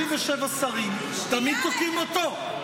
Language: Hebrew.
37 שרים, תמיד תוקעים אותו.